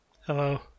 Hello